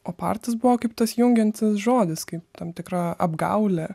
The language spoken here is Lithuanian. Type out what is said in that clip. opartas buvo kaip tas jungiantis žodis kaip tam tikra apgaulė